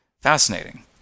fascinating